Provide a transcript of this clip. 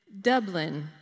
Dublin